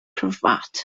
cravat